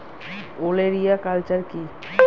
ওলেরিয়া কালচার কি?